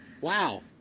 Wow